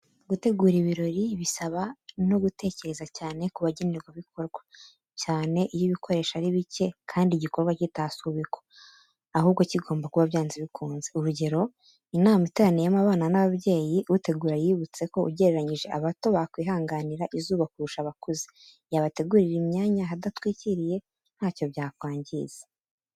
Gutegura ibirori bisaba no gutekereza cyane ku bagenerwabikorwa, cyane iyo ibikoresho ari bike kandi igikorwa kitasubikwa, ahubwo kigomba kuba byanze bikunze. Urugero, inama iteraniyemo abana n'ababyeyi, utegura yibutse ko ugereranyije abato bakwihanganira izuba kurusha abakuze, yabategurira imyanya ahadatwikiriye, ntacyo byakwangiza.